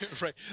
Right